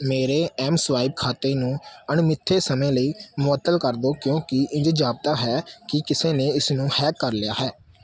ਮੇਰੇ ਐੱਮਸਵਾਇਪ ਖਾਤੇ ਨੂੰ ਅਣਮਿੱਥੇ ਸਮੇਂ ਲਈ ਮੁਅੱਤਲ ਕਰ ਦਿਉ ਕਿਉਂਕਿ ਇੰਝ ਜਾਪਦਾ ਹੈ ਕਿ ਕਿਸੇ ਨੇ ਇਸਨੂੰ ਹੈਕ ਕਰ ਲਿਆ ਹੈ